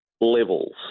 levels